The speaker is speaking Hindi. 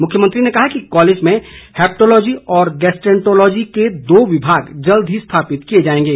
मुख्यमंत्री ने कहा कि कॉलेज में हैप्टोलॉजी और गैसट्रैंटोलॉजी के दो विभाग जल्द ही स्थापित किए जाएंगे